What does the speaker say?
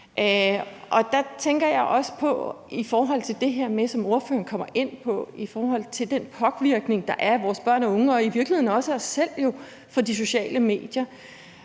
på den måde. Der vil jeg i forhold til det, som ordføreren kommer ind på i forhold til den påvirkning, der er af vores børn og unge og jo i virkeligheden også af os selv, fra de sociale medier,